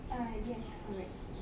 uh yes correct